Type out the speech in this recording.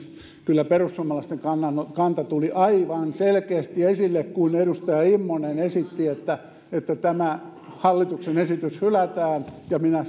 kyllä perussuomalaisten kanta tuli aivan selkeästi esille kun edustaja immonen esitti että että tämä hallituksen esitys hylätään ja minä